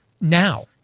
now